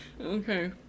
Okay